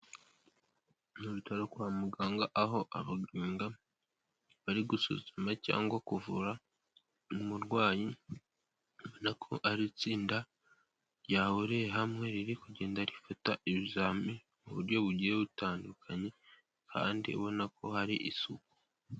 Mu bitaro kwa muganga aho abaganga bari gusuzuma cyangwa kuvura umurwayi, ubona ko ari itsinda ryahuriye hamwe riri kugenda rifata ibizamini mu buryo bugiye butandukanye kandi ubona ko hari isuku.